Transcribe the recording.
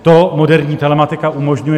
To moderní telematika umožňuje.